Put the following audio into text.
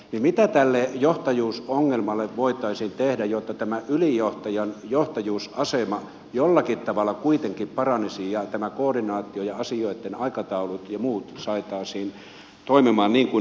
mitä tälle johtajuusongelmalle voitaisiin tehdä jotta tämä ylijohtajan johtajuusasema jollakin tavalla kuitenkin paranisi ja tämä koordinaatio ja asioitten aikataulut ja muut saataisiin toimimaan niin kuin normaaliorganisaatiossa